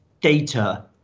data